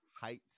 Heights